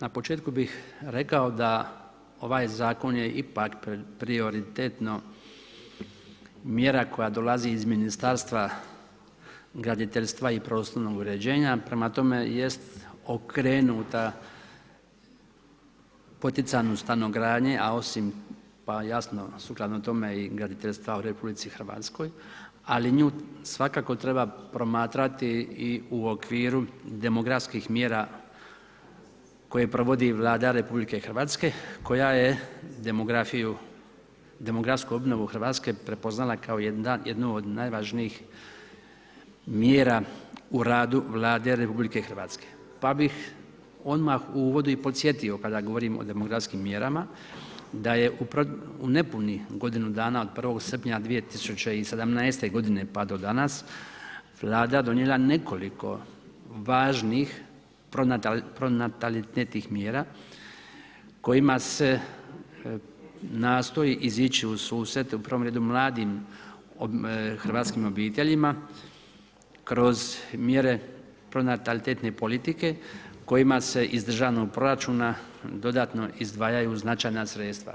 Na početku bih rekao da ovaj zakon je ipak prioritetna mjera koja dolazi iz Ministarstva graditeljstva i prostornog uređenja prema tome jest okrenuta poticanju stanogradnje a osim pa jasno sukladno tome i graditeljstva u RH, ali nju svakako treba promatrati i u okviru demografskih mjera koje provodi Vlada RH koja je demografsku obnovu Hrvatske prepoznala kao jednu od najvažnijih mjera u radu Vlade RH pa bih odmah u uvodu i podsjetio kada govorim o demografskim mjerama, da je u nepunih godinu dana od 1. srpnja 2017. g. pa do danas Vlada donijela nekoliko važnih pronatalitetnih mjera kojima se nastoj izići u susret u prvom redu mladim hrvatskim obiteljima kroz mjere pronatalitetne politike kojima se iz državnog proračuna dodatno izdvajaju značajna sredstva.